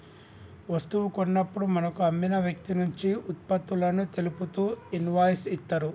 వస్తువు కొన్నప్పుడు మనకు అమ్మిన వ్యక్తినుంచి వుత్పత్తులను తెలుపుతూ ఇన్వాయిస్ ఇత్తరు